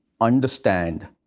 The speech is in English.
understand